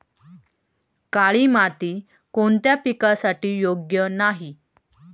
काळी माती कोणत्या पिकासाठी योग्य नाही?